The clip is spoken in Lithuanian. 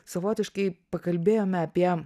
savotiškai pakalbėjome apie